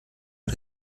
und